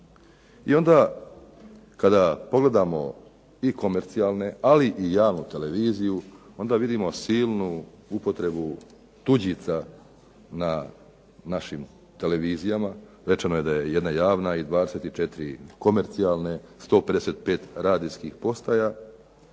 I onda kada pogledamo i komercijalne, ali i javnu televiziju onda vidimo silnu upotrebu tuđica na našim televizijama. Rečeno je da je jedna javna i 24 komercijalne, 155 radijskih postaja